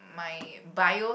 my bio